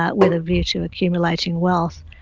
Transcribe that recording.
ah with a view to accumulating wealth,